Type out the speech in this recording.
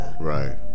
Right